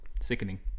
sickening